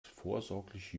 vorsorglich